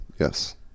yes